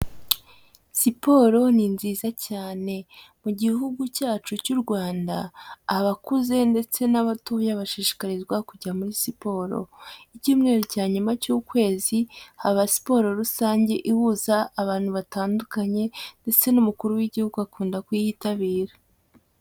Siporo ni nziza cyane mu gihugu cyacu cy'u Rwanda, abakuze ndetse n'abatoya bashishikarizwa kujya muri siporo, icyumweru cya nyuma cy'ukwezi haba siporo rusange ihuza abantu batandukanye, ndetse n'umukuru w'igihugu akunda kuyitabira.